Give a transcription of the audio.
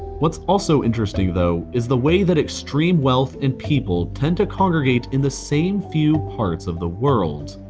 what's also interesting though is the way that extreme wealth and people tend to congregate in the same few parts of the world.